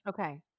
Okay